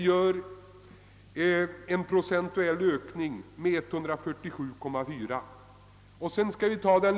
Det innebär en ökning med 147,4 procent.